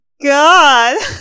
god